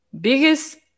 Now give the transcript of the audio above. biggest